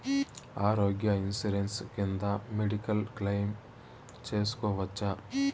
ఆరోగ్య ఇన్సూరెన్సు కింద medical claim సేసుకోవచ్చా?